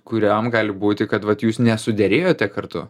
kuriam gali būti kad vat jūs suderėjote kartu